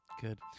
good